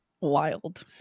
Wild